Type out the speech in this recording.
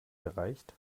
gereicht